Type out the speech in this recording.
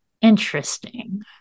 interesting